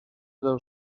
dallo